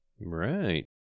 Right